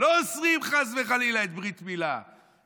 לא אוסרים חס וחלילה את ברית המילה,